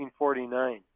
1949